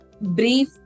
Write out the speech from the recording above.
brief